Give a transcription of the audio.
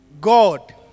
God